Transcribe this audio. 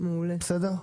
בסדר?